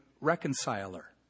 reconciler